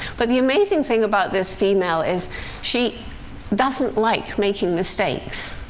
but the amazing thing about this female is she doesn't like making mistakes.